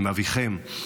עם אביכם,